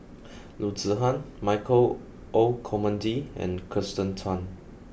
Loo Zihan Michael Olcomendy and Kirsten Tan